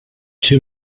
two